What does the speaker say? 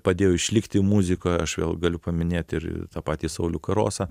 padėjo išlikti muzikoj aš vėl galiu paminėti ir tą patį saulių karosą